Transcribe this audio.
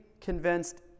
convinced